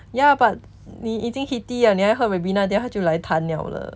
ya but 你已经 heaty leh 你还喝 ribena 等一下就来痰了了